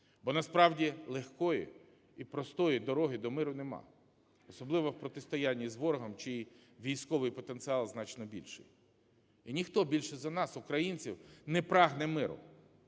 бо, насправді, легкої і простої дороги до миру немає, особливо в протистоянні з ворогом, чий військовий потенціал значно більший. І ніхто більше за нас, українців, не прагне миру,